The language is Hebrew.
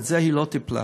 בזה היא לא טיפלה,